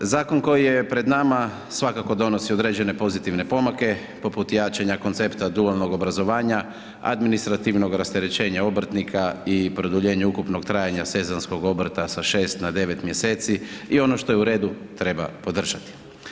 Zakon koji je pred nama svakako donosi određene pozitivne pomake poput jačanja koncepta dualnog obrazovanja, administrativnog rasterećenja obrtnika i produljenje ukupnog trajanja sezonskog obrta sa 6 na 9 mjeseci i ono što je u redu treba podržati.